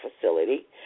Facility